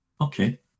okay